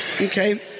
Okay